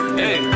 hey